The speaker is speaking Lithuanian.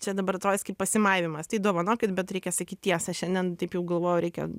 čia dabar atrodys kaip pasimaivymas tai dovanokit bet reikia sakyt tiesą šiandien taip jau galvoju reikia